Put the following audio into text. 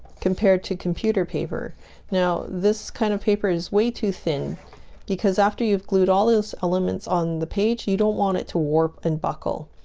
compared to computer paper now this kind of paper is way too thin because after you've glued all those elements on the page you don't want it to warp and buckle